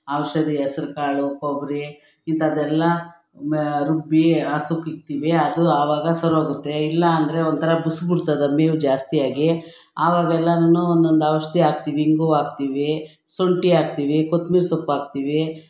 ಔಷಧಿ ಹೆಸ್ರ್ ಕಾಳು ಕೊಬ್ಬರಿ ಇಂತದೆಲ್ಲ ರುಬ್ಬಿ ಹಸುಗಿಕ್ತಿವಿ ಅದು ಆವಾಗ ಸರೋಗುತ್ತೆ ಇಲ್ಲಾಂದರೆ ಒಂಥರ ಬುಸುಗುಡ್ತದ ಮೇವು ಜಾಸ್ತಿ ಆಗಿ ಆವಾಗ ಎಲ್ಲಾನು ಒಂದೊಂದು ಔಷಧಿ ಹಾಕ್ತಿವಿ ಇಂಗು ಹಾಕ್ತಿವಿ ಶುಂಠಿ ಹಾಕ್ತಿವಿ ಕೊತ್ಮಿರಿ ಸೊಪ್ಪಾಕ್ತಿವಿ